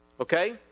Okay